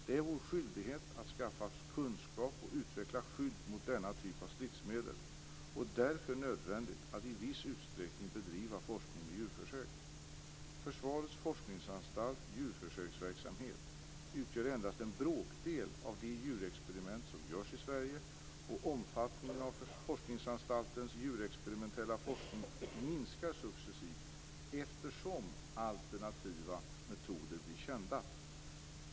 Det är vår skyldighet att skaffa oss kunskap och utveckla skydd mot denna typ av stridsmedel och därför nödvändigt att i viss utsträckning bedriva forskning med djurförsök. Försvarets forskningsanstalts djurförsöksverksamhet utgör endast en bråkdel av de djurexperiment som görs i Sverige, och omfattningen av Forskningsanstaltens djurexperimentella forskning minskar successivt allteftersom alternativa metoder blir kända.